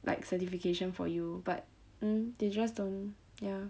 like certification for you but mm they just don't ya